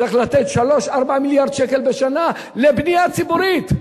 צריך לתת 3 4 מיליארד שקלים בשנה לבנייה ציבורית,